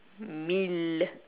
mill